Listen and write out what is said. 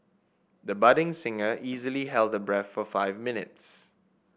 the budding singer easily held her breath for five minutes